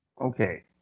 Okay